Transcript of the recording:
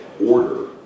order